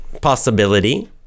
possibility